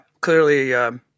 clearly –